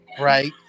right